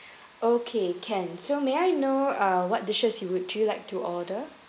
okay can so may I know uh what dishes you would you like to order